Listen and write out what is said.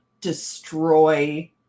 destroy